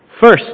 First